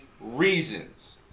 reasons